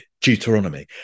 deuteronomy